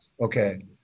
okay